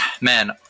Man